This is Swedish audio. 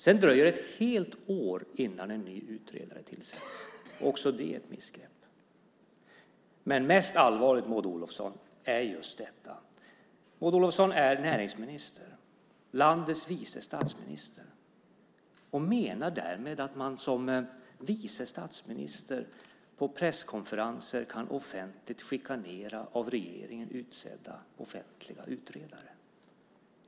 Sedan dröjer det ett helt år innan en ny utredare tillsätts. Också det är ett missgrepp. Men mest allvarligt, Maud Olofsson, är just detta. Maud Olofsson är näringsminister och landets vice statsminister och menar därmed att man som vice statsminister på presskonferenser offentligt kan chikanera av regeringen utsedda offentliga utredare.